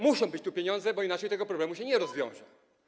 Muszą być pieniądze, bo inaczej tego problemu się nie rozwiąże.